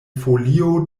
folio